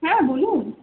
হ্যাঁ বলুন